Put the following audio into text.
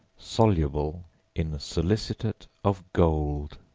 soluble in solicitate of gold.